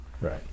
Right